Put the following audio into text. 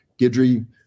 gidry